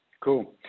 cool